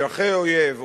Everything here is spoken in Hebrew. אזרחי אויב,